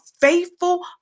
faithful